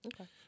Okay